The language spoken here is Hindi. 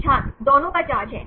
छात्र दोनों का चार्ज है